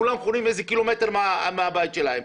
כולם חונים קילומטר מהבית שלהם.